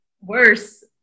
worse